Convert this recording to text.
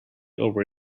over